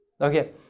okay